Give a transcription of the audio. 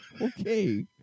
Okay